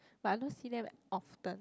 but I don't see them often